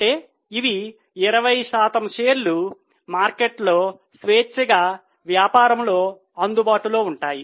అంటే ఇవి 20 శాతం షేర్లు మార్కెట్లో స్వేచ్ఛగా వ్యాపారంలో అందుబాటులో ఉంటాయి